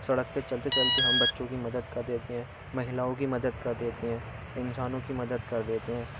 सड़क पर चलते चलते हम बच्चों की मदद कर देते हैं महिलाओं की मदद कर देते हैं इंसानों की मदद कर देते हैं